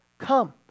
Come